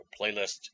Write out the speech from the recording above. playlist